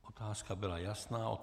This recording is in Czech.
Otázka byla jasná.